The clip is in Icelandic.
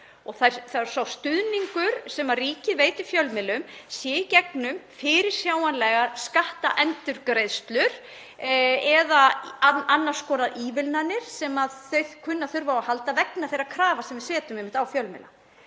og sá stuðningur sem ríkið veitir fjölmiðlum sé í gegnum fyrirsjáanlegar skattendurgreiðslur eða annars konar ívilnanir sem þeir kunna að þurfa á að halda vegna þeirra krafna sem við setjum einmitt á fjölmiðla.